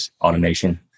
automation